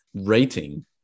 rating